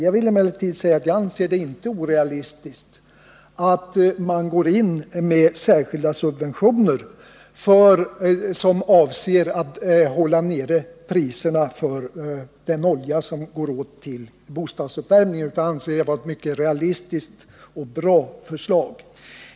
Jag anser det emellertid inte orealistiskt att ge särskilda subventioner för att hålla nere priserna för den olja som går åt till bostadsuppvärmning — det är tvärtom ett realistiskt och bra förslag.